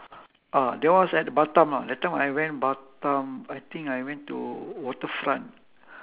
ah that was at the batam lah that time I went batam I think I went to waterfront